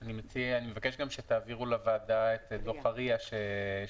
אני גם מבקש שתעבירו לוועדה את דוח ה-RIA שערכתם.